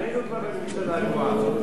היינו כבר בממשלה גרועה.